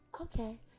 Okay